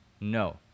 No